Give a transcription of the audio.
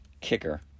kicker